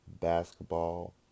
basketball